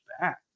back